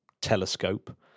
Telescope